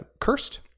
cursed